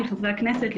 לחברי הכנסת,